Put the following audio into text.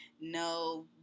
no